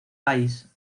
país